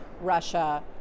Russia